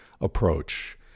approach